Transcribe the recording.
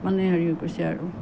মানে হেৰি হৈ গৈছে আৰু